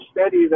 steady